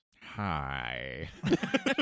hi